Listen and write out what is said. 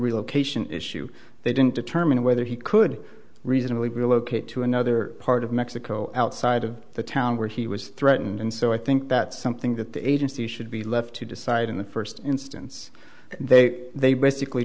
relocation issue they didn't determine whether he could reasonably relocate to another part of mexico outside of the town where he was threatened and so i think that's something that the agency should be left to decide in the first instance they they basically